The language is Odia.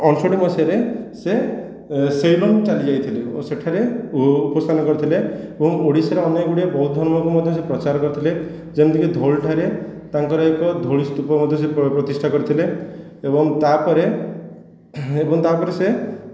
ଅଣଷଠି ମସିହାରେ ସେ ସେ ଏବଂ ଚାଲିଯାଇଥିଲେ ଓ ସେଠାରେ ଉପସ୍ଥାନ କରିଥିଲେ ଏବଂ ଓଡ଼ିଶାର ଅନେକ ଗୁଡ଼ିଏ ବୌଦ୍ଧ ଧର୍ମକୁ ମଧ୍ୟ ସେ ପ୍ରଚାର କରିଥିଲେ ଯେମିତିକି ଧଉଳିଠାରେ ତାଙ୍କର ଏକ ଧଉଳି ସ୍ତୁପ ମଧ୍ୟ ସେ ପ୍ରତିଷ୍ଠା କରିଥିଲେ ଏବଂ ତା'ପରେ ଏବଂ ତା'ପରେ ସେ